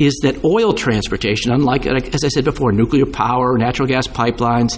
is that oil transportation unlike as i said before nuclear power natural gas pipelines